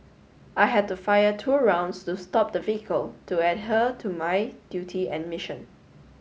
I had to fire two rounds to stop the vehicle to adhere to my duty and mission